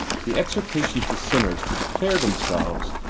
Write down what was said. the exhortation to sinners to declare themselves,